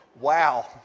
Wow